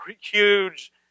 huge